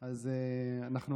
אז אנחנו